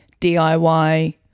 DIY